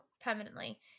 permanently